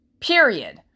Period